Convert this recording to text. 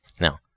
now